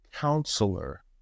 counselor